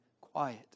quiet